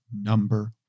number